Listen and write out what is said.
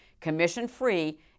commission-free